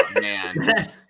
man